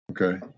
Okay